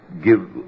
give